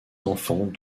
enfants